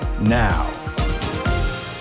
now